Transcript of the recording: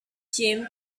jim